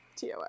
TOS